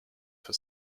for